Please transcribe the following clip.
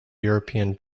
european